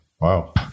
Wow